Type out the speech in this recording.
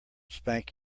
spank